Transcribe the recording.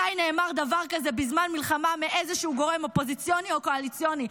מתי נאמר דבר כזה בזמן מלחמה מאיזשהו גורם אופוזיציוני או קואליציוני?